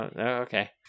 okay